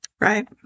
Right